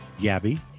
Gabby